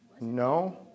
No